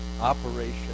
Operation